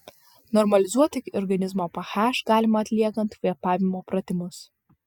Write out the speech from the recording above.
normalizuoti organizmo ph galima atliekant kvėpavimo pratimus